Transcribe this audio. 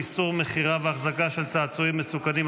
איסור מכירה ואחזקה של צעצועים מסוכנים),